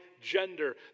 gender